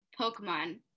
Pokemon